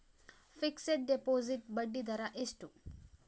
Fixed deposit ಬಡ್ಡಿ ದರ ಎಷ್ಟು?